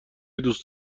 دوست